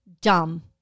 dumb